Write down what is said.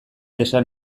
esan